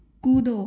कूदो